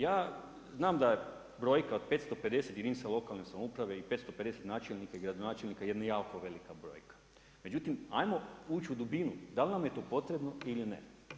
Ja znam da je brojka od 550 jedinica lokalne samouprave i 550 načelnika i gradonačelnika jedna jako velika brojka, međutim ajmo ući u dubinu, dal' nam je to potrebno ili ne.